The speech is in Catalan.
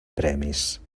premis